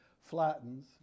flattens